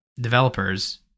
developers